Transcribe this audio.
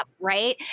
Right